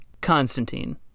Constantine